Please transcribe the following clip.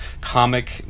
comic